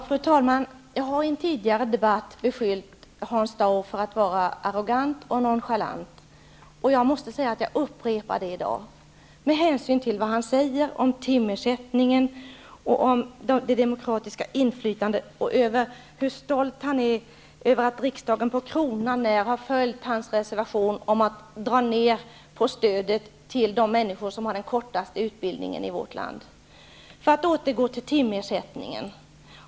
Fru talman! Jag har i en tidigare debatt beskyllt Hans Dau för att vara arrogant och nonchalant. Med hänsyn till vad Hans Dau säger om timersättningen, det demokratiska inflytandet och hur stolt han är över att riksdagen på kronan när har följt hans reservation om att dra ner stödet till de människor som har den kortaste utbildningen i vårt land, måste jag upprepa den beskyllningen.